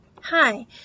Hi